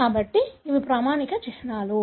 కాబట్టి ఇవి ప్రామాణిక చిహ్నాలు